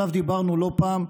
שעליו דיברנו לא פעם,